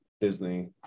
Disney